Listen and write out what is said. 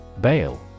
Bail